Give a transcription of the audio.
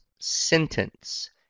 sentence